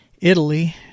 Italy